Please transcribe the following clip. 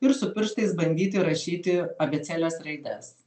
ir su pirštais bandyti rašyti abėcėlės raides